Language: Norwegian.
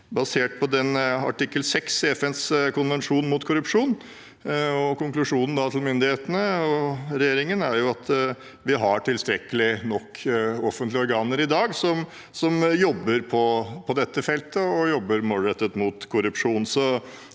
basert på artikkel 6 i FNs konvensjon om korrupsjon. Konklusjonen til myndighetene og regjeringen er at vi har nok offentlige organer i dag som jobber på dette feltet og jobber målrettet mot korrupsjon.